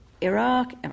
Iraq